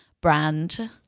brand